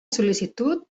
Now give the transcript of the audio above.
sol·licitud